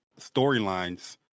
storylines